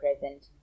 present